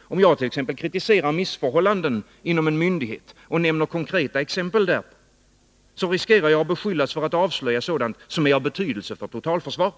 Om jag t.ex. kritiserar missförhållanden inom en myndighet och nämner konkreta exempel därpå, riskerar jag att beskyllas för att avslöja sådant som är av betydelse för totalförsvaret.